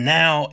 now